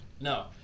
No